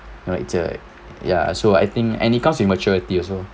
no it's alright ya so I think and it comes to maturity also